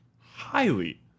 Highly